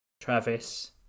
Travis